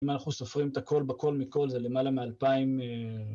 אם אנחנו סופרים את הקול בקול מכל זה למעלה מאלפיים...